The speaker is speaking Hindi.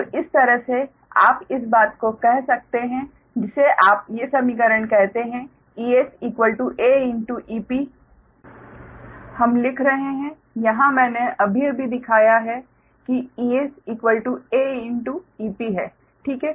तो इस तरह से आप इस बात को कह सकते हैं जिसे आप ये समीकरण कहते हैं EsaEp हम लिख रहे हैं यहाँ मैंने अभी अभी दिखाया कि EsaEp है ठीक है